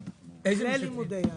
בלימודי יהדות.